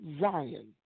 Zion